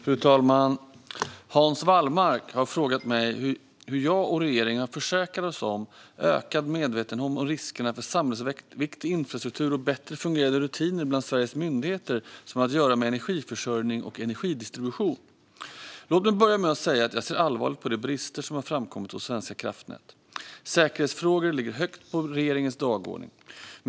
Fru talman! Hans Wallmark har frågat mig hur jag och regeringen har försäkrat oss om ökad medvetenhet om riskerna för samhällsviktig infrastruktur och bättre fungerande rutiner bland svenska myndigheter som har att göra med energiförsörjning och energidistribution. Låt mig börja med att säga att jag ser allvarligt på de brister som har framkommit hos Svenska kraftnät. Säkerhetsfrågor ligger högt på regeringens dagordning.